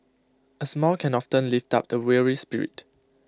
A smile can often lift up A weary spirit